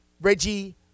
Reggie